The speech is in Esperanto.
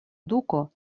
duko